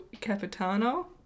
capitano